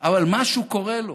אבל משהו קורה לו,